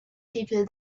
people